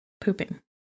Pooping